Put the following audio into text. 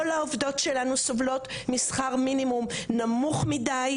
כל העובדות שלנו סובלות משכר מינימום נמוך מידי,